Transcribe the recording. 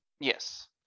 Yes